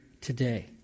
today